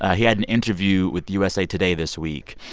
ah he had an interview with usa today this week.